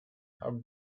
how